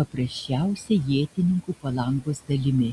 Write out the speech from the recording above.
paprasčiausia ietininkų falangos dalimi